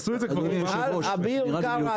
אביר קארה,